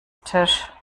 tisch